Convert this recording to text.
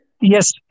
Yes